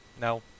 No